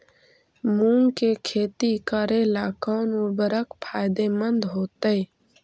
मुंग के खेती करेला कौन उर्वरक फायदेमंद होतइ?